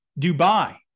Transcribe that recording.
Dubai